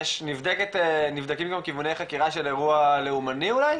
נבדקים גם כיווני חקירה של אירוע לאומני אולי?